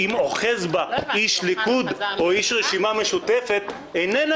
אם אוחז בה איש ליכוד או איש רשימה משותפת איננה